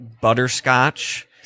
butterscotch